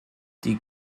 die